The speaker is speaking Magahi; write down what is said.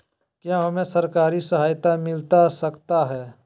क्या हमे सरकारी सहायता मिलता सकता है?